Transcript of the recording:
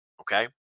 Okay